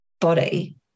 body